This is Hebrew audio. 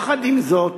יחד עם זאת,